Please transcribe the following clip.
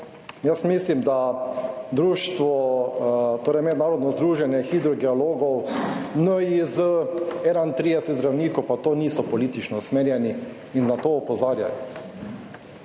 Jaz mislim, da društvo, torej mednarodno združenje hidrogeologov NIJZ, 31 zdravnikov, pa to niso politično usmerjeni in na to opozarjajo.